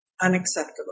unacceptable